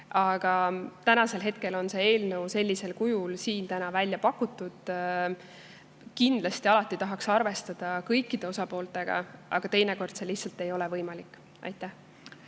Aga hetkel on see eelnõu sellisel kujul siin välja pakutud. Kindlasti alati tahaks arvestada kõikide osapooltega, aga teinekord see lihtsalt ei ole võimalik. Aitäh